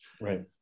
Right